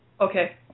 Okay